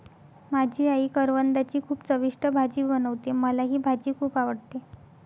माझी आई करवंदाची खूप चविष्ट भाजी बनवते, मला ही भाजी खुप आवडते